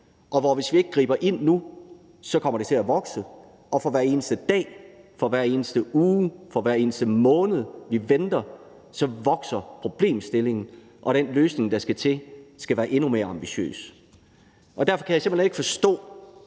og hvis vi ikke griber ind nu, kommer det til at vokse, og for hver eneste dag, for hver eneste uge, for hver eneste måned vi venter, så vokser problemstillingen, og den løsning, der skal til, skal være endnu mere ambitiøs. Derfor kan jeg simpelt hen ikke forstå